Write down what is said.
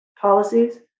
policies